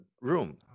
room